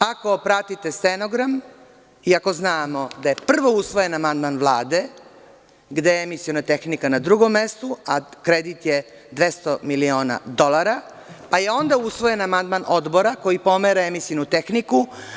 Ako pratite stenogram i ako znamo da je prvo usvojen amandman Vlade, gde je „Emisiona tehnika“ na drugom mestu, a kredit je 200 miliona dolara, pa je onda usvojen amandman Odbora, koji pomera „Emisionu tehniku“